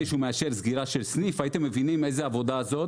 שהוא מאשר סגירה של סניף הייתם מבינים איזה עבודה זאת